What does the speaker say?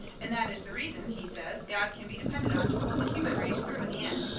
and that is the reason, he says, god can be depended on to pull the human race through in the end,